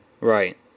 right